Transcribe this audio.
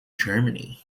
germany